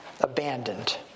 abandoned